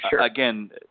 again